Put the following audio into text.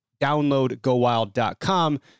downloadgowild.com